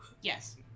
Yes